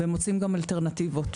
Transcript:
ומוצאים גם אלטרנטיביות.